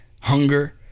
hunger